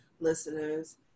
Listeners